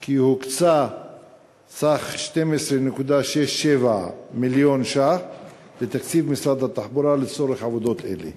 כי הוקצה סך 12.67 מיליון שקלים לתקציב משרד התחבורה לצורך עבודות אלה.